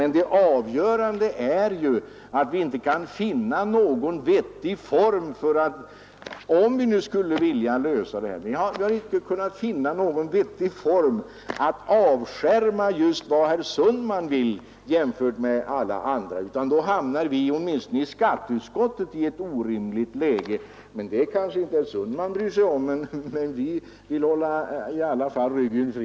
Men det avgörande är att vi inte kan finna någon vettig form — om vi nu skulle vilja lösa det här problemet för att avskärma just dem som herr Sundman talar om från alla andra. I så fall hamnar vi, åtminstone i skatteutskottet, i ett orimligt läge. Det kanske inte herr Sundman bryr sig om, men vi vill i alla fall hålla ryggen fri.